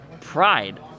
pride